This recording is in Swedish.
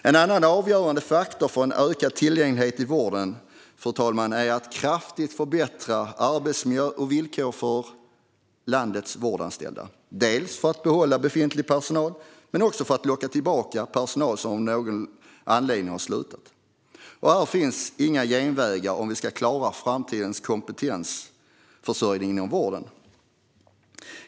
En annan avgörande faktor för att öka tillgängligheten i vården, fru talman, är att kraftigt förbättra arbetsmiljö och villkor för landets vårdanställda. Detta är viktigt för att dels behålla befintlig personal, dels locka tillbaka personal som av någon anledning har slutat. Här finns det inga genvägar om vi ska klara framtida kompetensförsörjning inom vården.